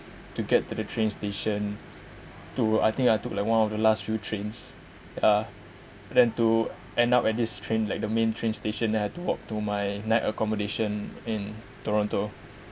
to get to the train station to I think I took like one of the last few trains ya and then to end up at this train like the main train station then I had to walk to my night accommodation in toronto